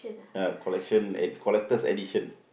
ah collection ed~ collector's edition